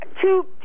two